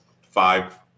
five